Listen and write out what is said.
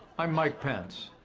i'm mike pence,